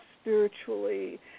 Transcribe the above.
spiritually